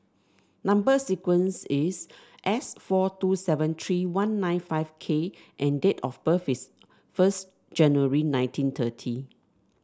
number sequence is S four two seven three one nine five K and date of birth is first January nineteen thirty